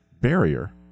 barrier